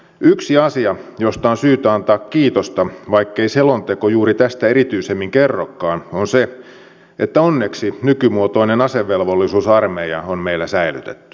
yksi asia josta on syytä antaa kiitosta vaikkei selonteko juuri tästä erityisemmin kerrokaan on se että onneksi nykymuotoinen asevelvollisuusarmeija on meillä säilytetty